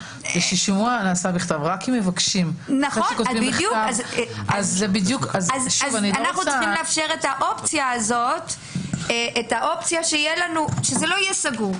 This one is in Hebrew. רק אם מבקשים- -- אנו צריכים לאפשר את האופציה שזה לא יהיה סגור.